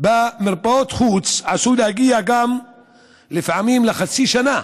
במרפאות חוץ עשוי להגיע לפעמים לחצי שנה